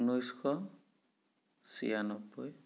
উনৈছশ ছিয়ান্নব্বৈ